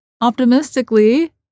optimistically